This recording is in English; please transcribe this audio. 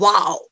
Wow